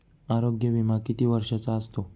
आरोग्य विमा किती वर्षांचा असतो?